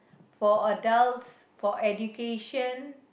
for adults for education